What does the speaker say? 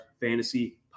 fantasy